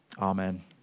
Amen